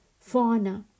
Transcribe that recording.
fauna